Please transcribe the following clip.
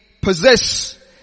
possess